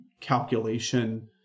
calculation